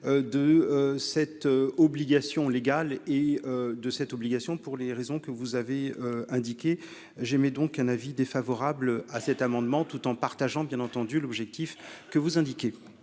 de cette obligation légale et de cette obligation, pour les raisons que vous avez indiqué, j'aimais donc un avis défavorable à cet amendement, tout en partageant bien entendu l'objectif que vous indiquez.